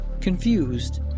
Confused